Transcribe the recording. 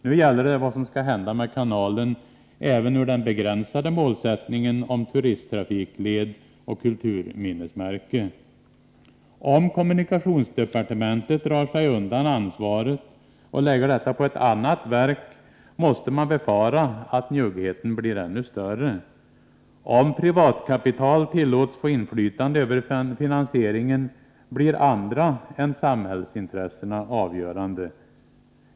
Nu gäller det vad som skall hända med kanalen även med hänsyn till den begränsade målsättningen om turisttrafikled och kulturminnesmärke. Om kommunikationsdepartementet drar sig undan ansvaret och lägger detta på ett annat verk, måste man befara att njuggheten blir ännu större. Om privatkapital tillåts få inflytande över finansieringen blir andra än samhällsintressena avgörande.